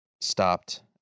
stopped